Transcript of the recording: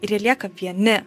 ir jie lieka vieni